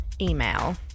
email